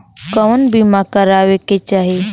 कउन बीमा करावें के चाही?